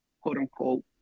quote-unquote